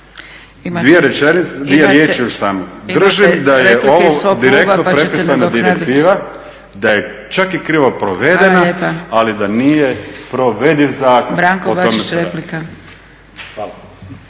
Dvije riječi još samo. Držim da je ovo direktno prepisano direktiva, da je čak i krivo provedena ali da nije provediv zakon,